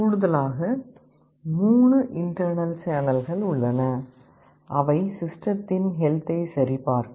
கூடுதலாக 3 இன்டேர்னல் சேனல்கள் உள்ளன அவை சிஸ்டத்தின் ஹெல்த்தை சரிபார்க்கும்